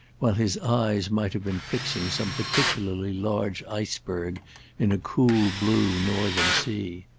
while his eyes might have been fixing some particularly large iceberg in a cool blue northern sea.